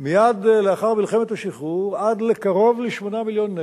מייד לאחר מלחמת השחרור עד לקרוב ל-8 מיליון נפש,